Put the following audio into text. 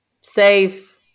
Safe